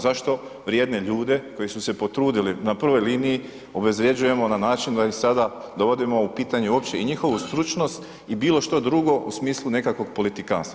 Zašto vrijedne ljude koji su se potrudili na prvoj liniji obezvrjeđujemo na način da ih sada dovodimo u pitanje uopće i njihovu stručnost i bilo što drugo u smislu nekakvog politikanstva?